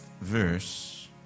verse